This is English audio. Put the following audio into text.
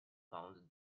founded